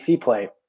play